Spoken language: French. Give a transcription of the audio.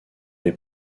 les